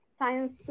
science